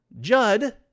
Judd